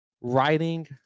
writing